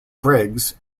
briggs